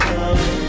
love